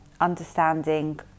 understanding